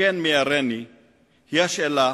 שכן מייראני הוא השאלה